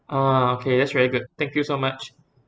ah okay that's very good thank you so much